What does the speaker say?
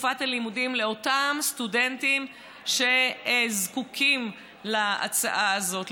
תקופת הלימודים לאותם סטודנטים שזקוקים להצעה הזאת,